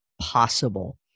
possible